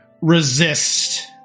resist